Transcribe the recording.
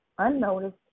unnoticed